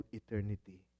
eternity